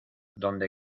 donde